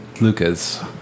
Lucas